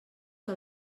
que